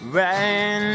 right